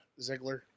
ziggler